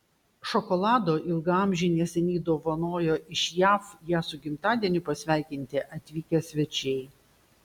šokolado ilgaamžei neseniai dovanojo iš jav ją su gimtadieniu pasveikinti atvykę svečiai